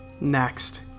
Next